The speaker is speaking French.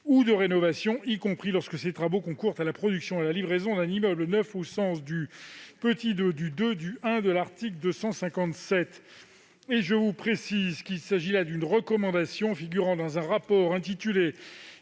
ou de rénovation, y compris lorsque ces travaux concourent à la production et à la livraison d'un immeuble neuf au sens du 2° du 2 du I de l'article 257. Il s'agit là d'une recommandation figurant au rapport «